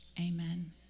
amen